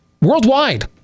worldwide